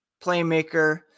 playmaker